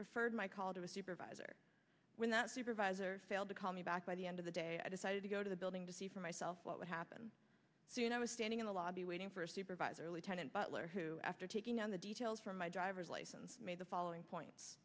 referred my call to a supervisor when that supervisor failed to call me back by the end of the day i decided to go to the building to see for myself what would happen soon i was standing in the lobby waiting for a supervisor lieutenant butler who after taking on the details from my driver's license made the following points